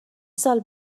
سال